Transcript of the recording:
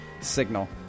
Signal